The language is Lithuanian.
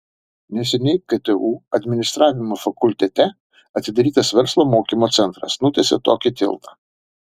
neseniai ktu administravimo fakultete atidarytas verslo mokymo centras nutiesė tokį tiltą